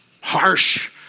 harsh